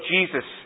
Jesus